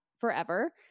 Forever